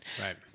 Right